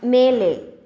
மேலே